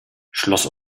schloss